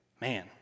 Man